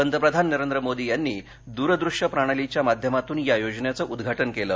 पंतप्रधान नरेंद्र मोदी यांनी द्रदृष्य प्रणालीच्या माध्यमातून या योजनेचं उद्घाटन केलं